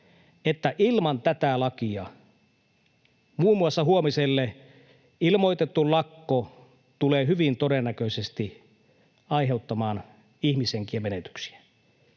että ilman tätä lakia muun muassa huomiselle ilmoitettu lakko tulee hyvin todennäköisesti aiheuttamaan ihmishenkien menetyksiä.